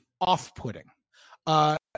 Off-putting